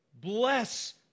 bless